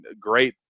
great